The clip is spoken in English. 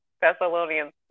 Thessalonians